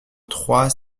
trois